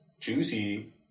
juicy